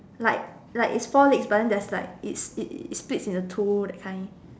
like like it's four legs but then there's like it it it's split into two that kind